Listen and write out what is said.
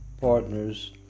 partners